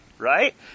right